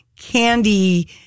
Candy